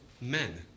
men